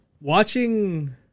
watching